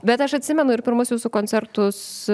bet aš atsimenu ir pirmus jūsų koncertus